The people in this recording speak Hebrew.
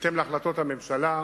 בהתאם להחלטות הממשלה,